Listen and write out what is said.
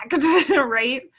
right